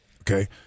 Okay